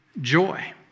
joy